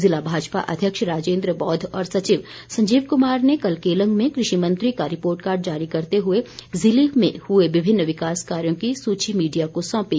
जिला भाजपा अध्यक्ष राजेन्द्र बौद्ध और सचिव संजीव कुमार ने कल केलंग में कृषि मंत्री का रिपोर्टकार्ड जारी करते हुए ज़िले में हुए विभिन्न विकास कार्यो की सूची मीडिया को सौंपी